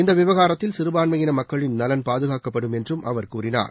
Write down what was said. இந்த விவகாரத்தில் சிறுபான்மையின மக்களின் நலன் பாதுகாக்கப்படும் என்றும் அவர் கூறினார்